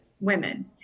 women